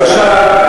יש נמ"ר ויש "אכזרית".